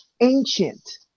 ancient